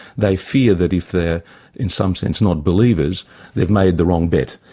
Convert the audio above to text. they fear that if they're in some sense not believers they've made the wrong bet.